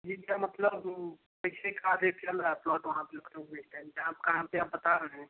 जी भैया मतलब कैसे का रेट चल रहा है प्लॉट वहाँ पर लखनऊ में कहाँ पर आप बता रहे हैं